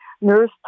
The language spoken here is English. nurse